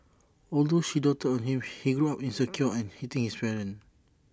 although she doted on him he grew up insecure and hating his parents